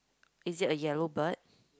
is it a yellow bird